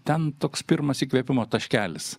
ten toks pirmas įkvėpimo taškelis